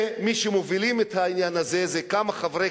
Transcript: מי שמובילים את העניין הזה זה כמה חברי